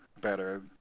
better